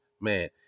man